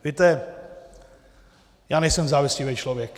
Víte, já nejsem závistivý člověk.